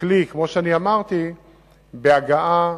ככלי להגעה